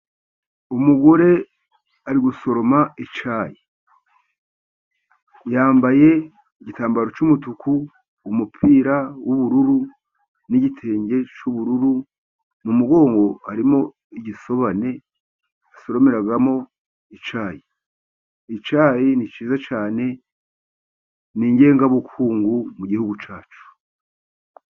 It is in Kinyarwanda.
Umugore ari gusoroma icyayi yambaye igitambaro cy'umutuku, umupira wubururu, n'igitenge cy'ubururu, mu mugongo harimo igisobane asoromemo icyi cyayi. Ni cyiza cyane, ni gengabukungu mu gihugu cyacu.